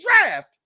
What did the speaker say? draft